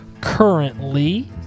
currently